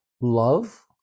love